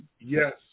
Yes